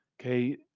okay